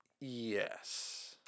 Yes